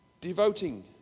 devoting